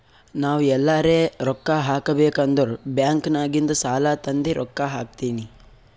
ನಾವ್ ಎಲ್ಲಾರೆ ರೊಕ್ಕಾ ಹಾಕಬೇಕ್ ಅಂದುರ್ ಬ್ಯಾಂಕ್ ನಾಗಿಂದ್ ಸಾಲಾ ತಂದಿ ರೊಕ್ಕಾ ಹಾಕ್ತೀನಿ